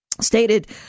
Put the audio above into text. stated